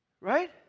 Right